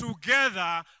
together